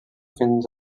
fins